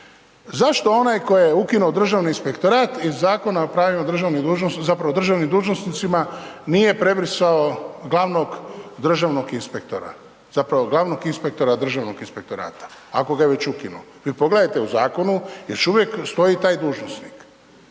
Zašto onaj tko je ukinuo Državni inspektorat iz Zakona o pravima državnim zapravo državnim dužnosnicima nije prebrisao glavnog državnog inspektora? Zapravo glavnog inspektora Državnog inspektorata, ako ga je već ukinuo. Jer pogledate u zakonu, još uvijek stoji taj dužnosnik.